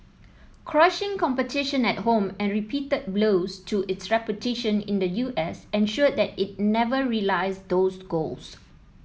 crushing competition at home and repeated blows to its reputation in the U S ensured that it never realised those goals